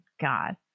God